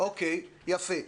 יפה.